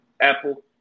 Apple